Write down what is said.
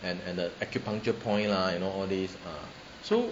and and the acupuncture point lah you know all these ah so